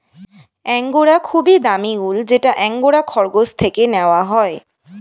angora খুবই দামি উল যেটা অ্যাঙ্গোরা খরগোশ থেকে নেওয়া হয়